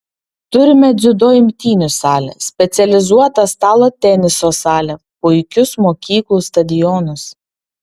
turime dziudo imtynių salę specializuotą stalo teniso salę puikius mokyklų stadionus